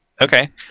Okay